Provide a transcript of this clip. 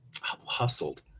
hustled